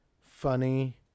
funny